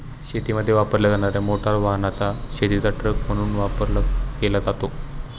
शेतीमध्ये वापरल्या जाणार्या मोटार वाहनाचा शेतीचा ट्रक म्हणून वापर केला जातो